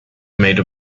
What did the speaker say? made